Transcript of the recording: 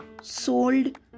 sold